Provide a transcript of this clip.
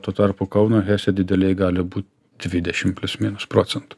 tuo tarpu kauno hese didelėj gali būt dvidešimt plius minus procentų